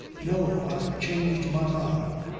no! i've changed my mind.